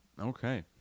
Okay